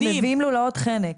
אז הם מביאים לולאות חנק.